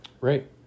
Right